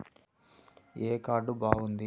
ఏ card బాగుంది?